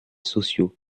sociaux